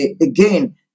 again